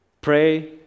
Pray